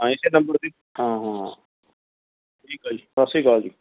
ਹਾਂ ਇਸ ਨੰਬਰ 'ਤੇ ਹਾਂ ਹਾਂ ਠੀਕ ਆ ਜੀ ਸਤਿ ਸ਼੍ਰੀ ਅਕਾਲ ਜੀ